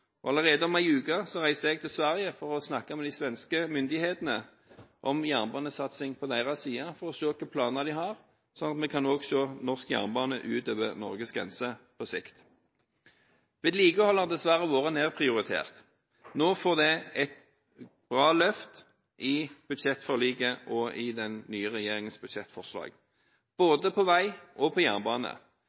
bra. Allerede om en uke reiser jeg til Sverige for å snakke med de svenske myndighetene om jernbanesatsing på deres side, for å se hvilke planer de har, slik at vi også kan se norsk jernbane utover Norges grenser på sikt. Vedlikehold har dessverre vært nedprioritert. Nå får det et bra løft i budsjettforliket og i den nye regjeringens budsjettforslag – både på vei og på jernbane.